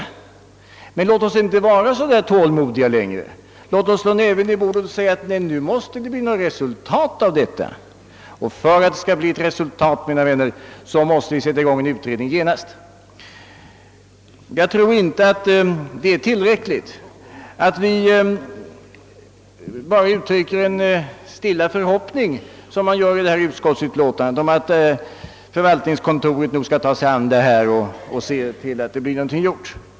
Men låt oss inte vara så tålmodiga längre. Låt oss slå näven i bordet och säga att det nu måste bli något resultat. Och för att det skall bli något resultat, mina vänner, måste vi sätta i gång en utredning genast. Jag tror inte att det är tillräckligt att vi bara uttrycker en stilla förhoppning, som man gör i detta utskottsutlåtande, om att förvaltningskontoret nog skall ta sig an ärendet och se till att någonting blir gjort.